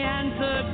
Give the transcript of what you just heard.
answer